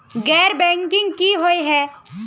गैर बैंकिंग की हुई है?